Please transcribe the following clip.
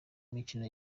mukino